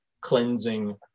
cleansing